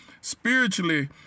spiritually